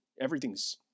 everything's